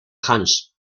hans